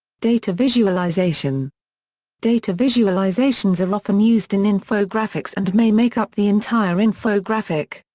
data visualization data visualizations are often used in infographics and may make up the entire infographic.